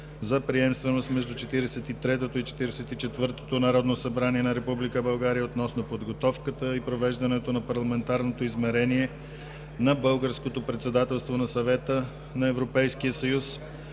за приемственост между 43-тото и 44-тото Народно събрание на Република България относно подготовката и провеждането на парламентарното измерение на българското председателство на Съвета на Европейския съюз,